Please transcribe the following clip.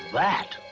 that